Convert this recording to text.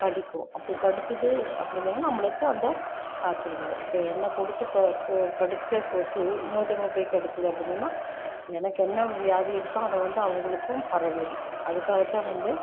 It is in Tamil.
கடிக்கும் அப்படி கடித்தது அப்படின்னு சொன்னால் நம்மளுக்கு அந்த காய்ச்சல் வரும் இப்போ என்னை பிடிச்சி கடித்த கொசு இன்னொருத்தவங்கள போய் கடித்தது அப்டின்னு சொன்னால் எனக்கு என்ன வியாதி இருக்கோ அது வந்து அவங்களுக்கும் பரவிடும் அதுக்காகத்தான் வந்து